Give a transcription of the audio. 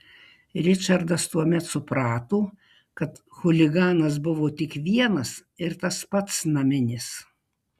ričardas tuomet suprato kad chuliganas buvo tik vienas ir tas pats naminis